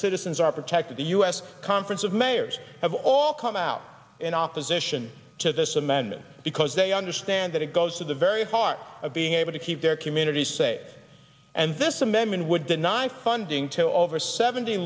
citizens are protected the u s conference of mayors have all come out in opposition to this amendment because they understand that it goes to the very heart of being able to keep their community safe and this amendment would deny funding to over seventy